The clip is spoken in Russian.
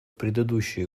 предыдущие